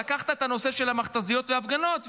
משטרה --- לקחת את הנושא של המכת"זיות בהפגנות,